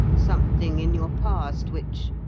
something in your past which,